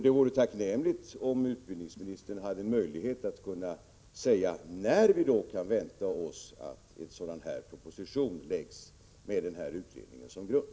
Det vore tacknämligt om utbildningsministern hade möjlighet att säga när vi kan vänta oss att en proposition framläggs med denna utredning som grund.